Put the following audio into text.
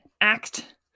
act